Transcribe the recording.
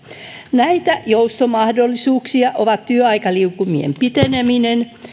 näitä joustomahdollisuuksia ovat työaikaliukumien piteneminen